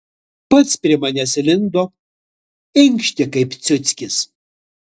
pats prie manęs lindo inkštė kaip ciuckis